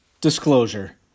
disclosure